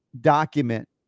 document